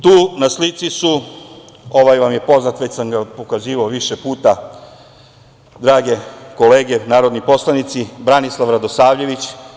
Tu na slici je, ovaj vam je poznat, već sam ga pokazivao više puta, drage kolege narodni poslanici, Branislav Radosavljević.